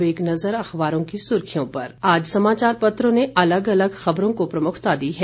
अब एक नजर अखबारों की सुर्खियों पर आज समाचारपत्रों ने अलग अलग खबरों को प्रमुखता दी है